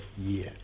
year